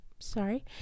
Sorry